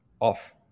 off